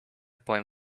poem